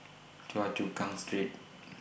Choa Chu Kang Street